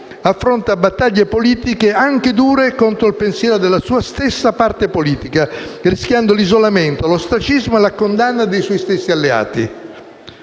affronta battaglie politiche anche dure contro il pensiero della sua stessa parte politica, rischiando l'isolamento, l'ostracismo e la condanna dei suoi stessi alleati.